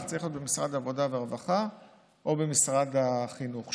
צריך להיות במשרד העבודה והרווחה או במשרד החינוך.